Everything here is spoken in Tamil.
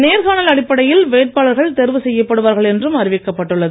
நேர்காணல் அடிப்படையில் வேட்பாளர்கள் தேர்வு செய்யப்படுவார்கள் என்றும் அறிவிக்கப்பட்டுள்ளது